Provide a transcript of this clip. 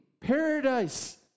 paradise